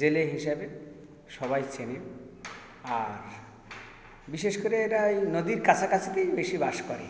জেলে হিসাবে সবাই চেনে আর বিশেষ করে এরা ওই নদীর কাছাকাছিতেই বেশি বাস করে